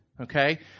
Okay